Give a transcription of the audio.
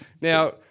Now